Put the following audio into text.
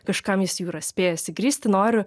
kažkam jis jau yra spėjęs įgristi noriu